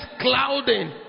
clouding